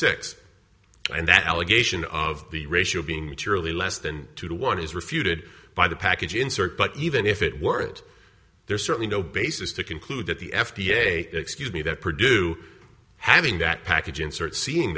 six and that allegation of the ratio being materially less than two to one is refuted by the package insert but even if it weren't there is certainly no basis to conclude that the f d a excuse me that produced having that package insert seeing